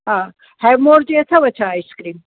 हा हैवमोर जी अथव छा आइस्क्रीम